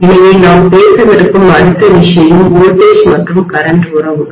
எனவே நாம் பேசவிருக்கும் அடுத்த விஷயம் மின்னழுத்தம் வோல்டேஜ் மற்றும்கரண்ட்உறவுகள்